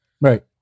Right